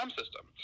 system